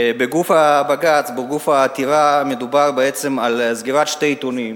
בגוף העתירה מדובר על סגירת שני עיתונים